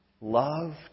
loved